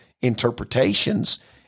interpretations